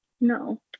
No